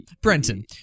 Brenton